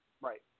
Right